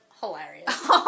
hilarious